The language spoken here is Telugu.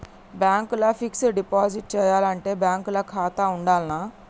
బ్యాంక్ ల ఫిక్స్ డ్ డిపాజిట్ చేయాలంటే బ్యాంక్ ల ఖాతా ఉండాల్నా?